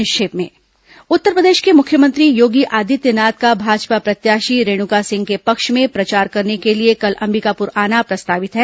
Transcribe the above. संक्षिप्त समाचार उत्तर प्रदेश के मुख्यमंत्री योगी आदित्यनाथ का भाजपा प्रत्याशी रेणुका सिंह के पक्ष में प्रचार करने के लिए कल अंबिकापुर आना प्रस्तावित है